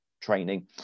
training